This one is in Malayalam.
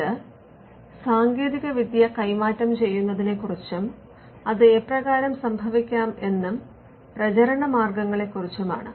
ഇത് സാങ്കേതികവിദ്യ കൈമാറ്റം ചെയ്യുന്നതിനെക്കുറിച്ചും അത് എപ്രകാരം സംഭവിക്കാം എന്നും പ്രചരണമാർഗ്ഗങ്ങളെക്കുറിച്ചുമാണ്